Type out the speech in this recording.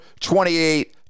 28